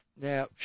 Now